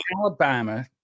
Alabama